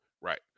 Right